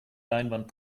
leinwand